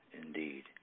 indeed